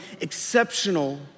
exceptional